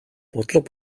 бодлого